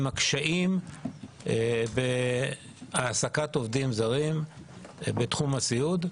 הקשיים בהעסקת עובדים זרים בתחום הסיעוד.